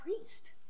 priest